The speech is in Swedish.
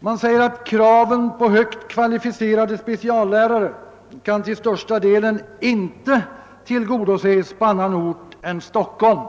Man säger att kraven på högt kvalificerade speciallärare = till största delen inte kan tillgodoses på annan ort än Stockholm.